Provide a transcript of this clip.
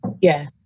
Yes